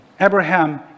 Abraham